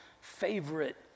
favorite